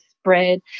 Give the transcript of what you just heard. spread